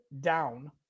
down